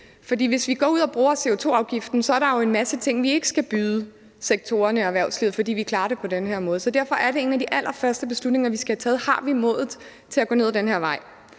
Hvis vi går ud og bruger CO2-afgiften, er der jo en masse ting, vi ikke skal byde sektorerne og erhvervslivet, fordi vi klarer det på den her måde. Derfor er det en af de allerførste beslutninger, vi skal have taget: Har vi modet til at gå ned ad den her vej?